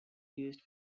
used